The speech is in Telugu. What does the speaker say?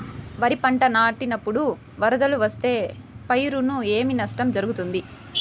వరిపంట నాటినపుడు వరదలు వస్తే పైరుకు ఏమి నష్టం జరుగుతుంది?